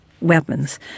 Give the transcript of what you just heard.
weapons